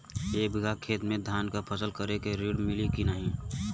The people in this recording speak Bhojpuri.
एक बिघा खेत मे धान के फसल करे के ऋण मिली की नाही?